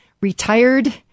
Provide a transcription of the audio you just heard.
retired